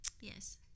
yes